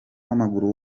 w’amaguru